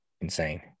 insane